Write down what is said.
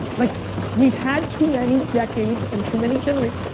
like we've had too many decades and too many generations,